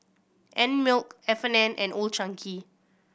Einmilk F and N and Old Chang Kee